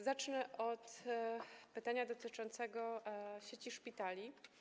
Zacznę od pytania dotyczącego sieci szpitali.